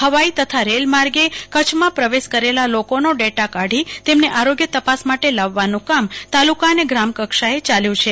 હવાઈ તથા રેલ માર્ગે કચ્છમાં પ્રવેશ કરેલા લોકો નો ડેટા કાઢી તેમને આરોગ્ય તપાસ માટે લાવવાનુ કામ તાલુકા અને ગ્રામ કક્ષાએ ચાલ્યું છે